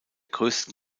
größten